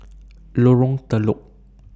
Lorong Telok